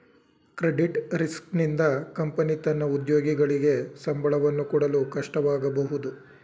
credit risk ನಿಂದ company ತನ್ನ ಉದ್ಯೋಗಿಗಳಿಗೆ ಸಂಬಳವನ್ನು ಕೊಡಲು ಕಷ್ಟವಾಗಬಹುದು